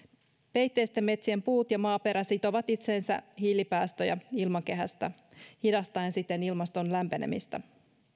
peitteisten metsien puut ja maaperä sitovat itseensä hiilipäästöjä ilmakehästä hidastaen siten ilmaston lämpenemistä